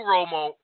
Romo